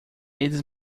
eles